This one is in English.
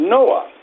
Noah